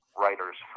writers